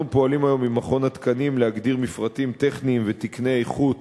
אנחנו פועלים היום עם מכון התקנים להגדיר מפרטים טכניים ותקני איכות